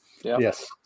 Yes